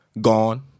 gone